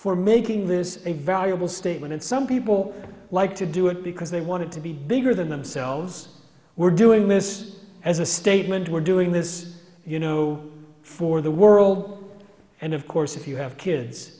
for making this a valuable statement and some people like to do it because they wanted to be bigger than themselves we're doing this as a statement we're doing this you know for the world and of course if you have kids